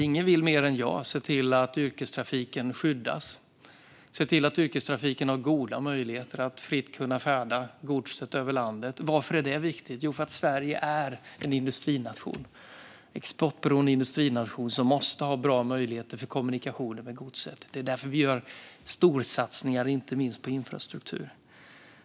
Ingen vill mer än jag se till att yrkestrafiken skyddas och har goda möjligheter att fritt kunna färda godset över landet. Varför är det viktigt? Jo, för att Sverige är en exportberoende industrination som måste ha möjlighet till bra kommunikationer för godset. Det är därför vi gör storsatsningar inte minst på infrastruktur.